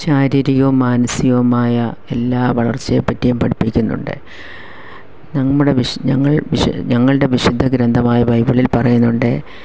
ശാരീരികവും മാനസികവുമായ എല്ലാ വളർച്ചയെ പറ്റിയും പഠിപ്പിക്കുന്നുണ്ട് നമ്മുടെ വിശു ഞങ്ങൾ വിശ ഞങ്ങളുടെ വിശുദ്ധ ഗ്രന്ഥമായ ബൈബിളിൽ പറയുന്നുണ്ട്